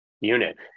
unit